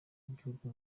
bw’ibihugu